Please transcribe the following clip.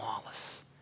Wallace